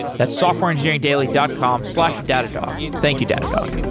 that's softwareengineeringdaily dot com slash datadog. thank you, datadog